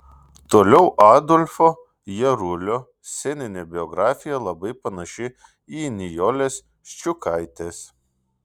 toliau adolfo jarulio sceninė biografija labai panaši į nijolės ščiukaitės